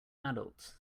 adults